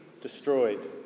destroyed